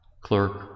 clerk